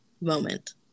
moment